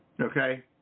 Okay